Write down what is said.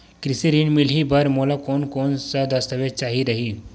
कृषि ऋण मिलही बर मोला कोन कोन स दस्तावेज चाही रही?